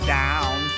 down